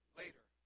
later